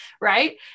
right